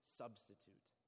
substitute